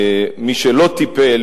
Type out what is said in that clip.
מי שלא טיפל,